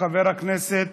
חבר הכנסת